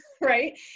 right